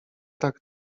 tak